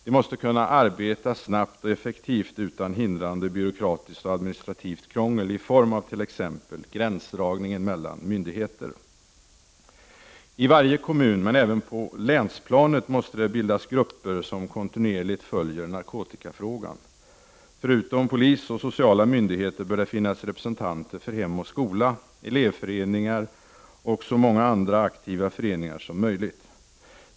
De måste kunna arbeta snabbt och effektivt utan hindrande byråkratiskt och administrativt krångel i form av t.ex. gränsdragningen mellan myndigheter. I varje kommun och även på länsplanet måste det bildas grupper som kontinuerligt följer narkotikafrågan. Förutom polis och sociala myndigheter bör det finnas representanter för Hem och skola, elevföreningar och så många andra aktiva föreningar som möjligt.